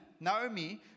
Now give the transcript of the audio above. Naomi